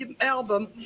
album